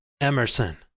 Emerson